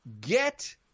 get